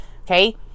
Okay